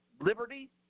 Liberty